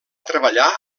treballar